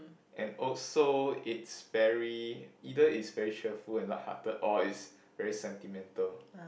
and also it's very either it's very cheerful and lighthearted or it's very sentimental